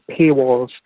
paywalls